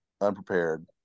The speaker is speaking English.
unprepared